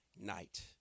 night